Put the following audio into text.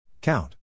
Count